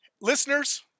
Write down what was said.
Listeners